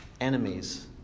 enemies